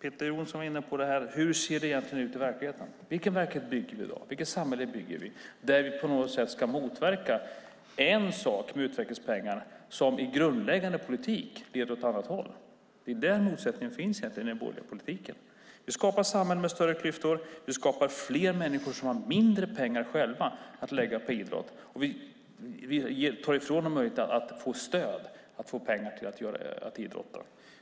Peter Johnsson var inne på hur det ser ut i verkligheten. Vilken verklighet bygger vi i dag? Vilket samhälle bygger vi? På något sätt ska vi motverka en sak med utvecklingspengar när den grundläggande politiken leder åt ett annat håll. Den motsättningen finns i den borgerliga politiken. Det skapar samhällen med större klyftor och med fler människor som inte har pengar att lägga på idrott. Vi tar ifrån dem möjligheten att få stöd och pengar till att idrotta.